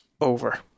Over